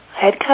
head